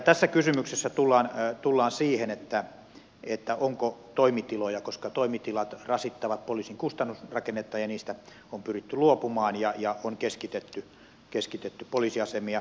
tässä kysymyksessä tullaan siihen onko toimitiloja koska toimitilat rasittavat poliisin kustannusrakennetta ja niistä on pyritty luopumaan ja on keskitetty poliisiasemia